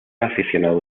aficionado